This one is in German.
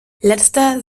letzter